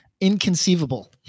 inconceivable